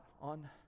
on